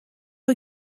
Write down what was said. soe